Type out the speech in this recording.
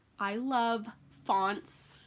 i loved fonts.